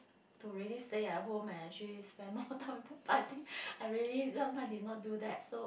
to really stay at home and actually spend more time with them I think I really sometimes did not do that so